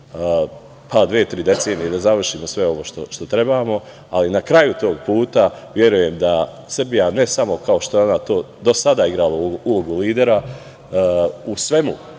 dve, tri decenije da završimo sve ovo što trebamo, ali na kraju tog puta verujem da Srbija ne samo kao što je ona to do sada igrala ulogu lidera u svemu,